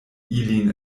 ilin